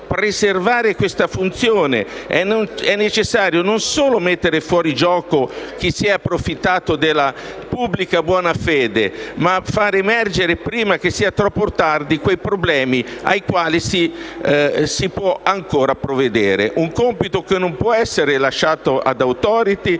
preservare tale funzione, però, è necessario non solo mettere in fuorigioco chi si è approfittato della pubblica buona fede, ma far emergere prima che sia troppo tardi quei problemi ai quali si può ancora provvedere. Un compito, questo, che non può essere lasciato ad *Authority*